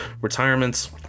retirements